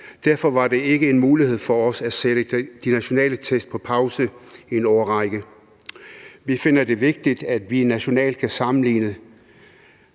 Derfor var det ikke en mulighed for os at sætte de nationale test på pause i en årrække. Vi finder det vigtigt, at vi nationalt kan sammenligne.